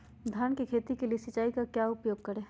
धान की खेती के लिए सिंचाई का क्या उपयोग करें?